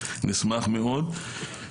נשמח מאוד.